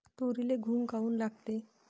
तुरीले घुंग काऊन लागते?